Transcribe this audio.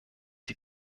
die